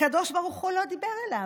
הקב"ה לא דיבר אליו,